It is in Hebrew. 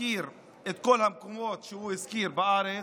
מכיר את כל המקומות שהוא הזכיר בארץ.